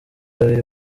babiri